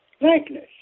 likeness